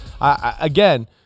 again